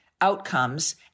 outcomes